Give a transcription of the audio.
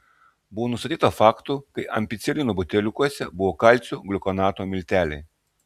buvo nustatyta faktų kai ampicilino buteliukuose buvo kalcio gliukonato milteliai